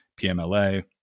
PMLA